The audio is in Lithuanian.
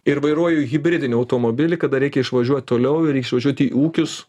ir vairuoju hibridinį automobilį kada reikia išvažiuot toliau ir išvažiuot į ūkius